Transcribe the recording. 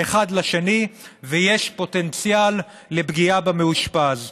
אחד לשני ויש פוטנציאל לפגיעה במאושפז.